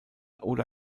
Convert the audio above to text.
oder